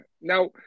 Now